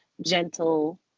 gentle